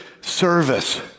service